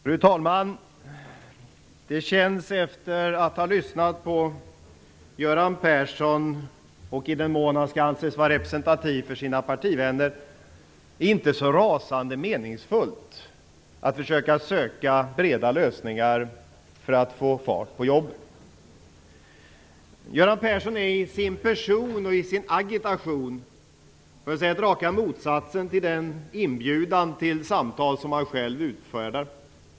Fru talman! Efter att ha lyssnat på Göran Persson, och i den mån han skall anses vara representativ för sina partivänner, känns det inte så rasande meningsfullt att försöka söka breda lösningar för att få fart på jobben. Göran Persson är i sin person och i sin agitation raka motsatsen till den inbjudan till samtal som han själv utfärdar.